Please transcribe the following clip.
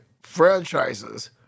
franchises